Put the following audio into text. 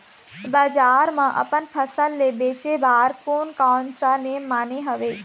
बजार मा अपन फसल ले बेचे बार कोन कौन सा नेम माने हवे?